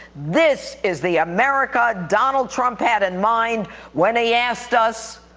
this is the america donald trump had in mind when he asked us,